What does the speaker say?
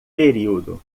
período